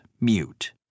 mute